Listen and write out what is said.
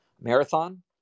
Marathon